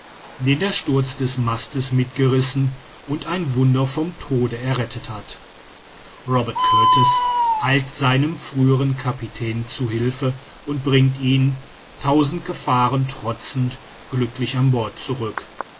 den der sturz des mastes mitgerissen und ein wunder vom tode errettet hat robert kurtis eilt seinem früheren kapitän zu hilfe und bringt ihn tausend gefahren trotzend glücklich an bord zurück